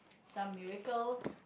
some miracle